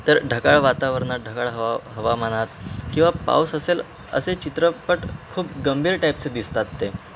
तर ढगाळ वातावरणात ढगाळ हवा हवामानात किंवा पाऊस असेल असे चित्रपट खूप गंभीर टाईपचे दिसतात ते